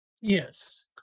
Yes